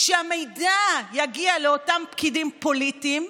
שהמידע יגיע לאותם פקידים פוליטיים,